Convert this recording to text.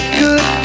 good